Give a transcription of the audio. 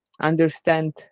understand